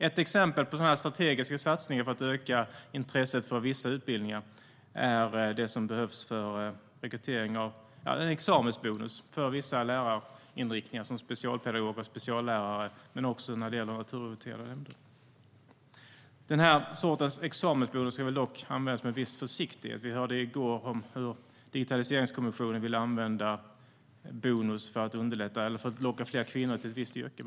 Ett exempel på en strategisk satsning för att öka intresset för vissa utbildningar är en examensbonus för vissa lärarinriktningar som specialpedagoger, speciallärare men också lärare i naturorienterande ämnen. Den här sortens examensbonus ska dock användas med viss försiktighet. Vi hörde i går hur Digitaliseringskommissionen vill använda bonus för att locka fler kvinnor till ett visst yrke.